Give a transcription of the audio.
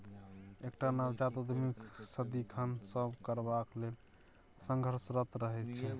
एकटा नवजात उद्यमी सदिखन नब करबाक लेल संघर्षरत रहैत छै